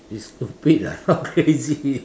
it's stupid lah not crazy